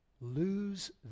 lose